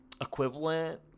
Equivalent